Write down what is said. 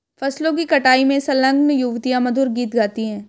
फसलों की कटाई में संलग्न युवतियाँ मधुर गीत गाती हैं